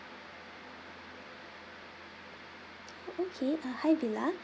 oh okay uh hi bella